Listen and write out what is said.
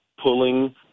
pulling